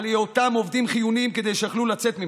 היותם עובדים חיוניים כדי שיוכלו לצאת.